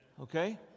Okay